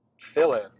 fill-in